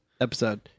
episode